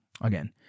again